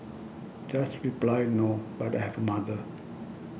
just reply no but I have a mother